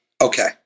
okay